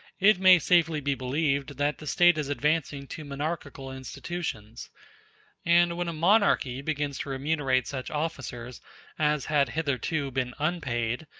it may safely be believed that the state is advancing to monarchical institutions and when a monarchy begins to remunerate such officers as had hitherto been unpaid,